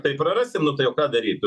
tai prarasim nu tai o ką daryt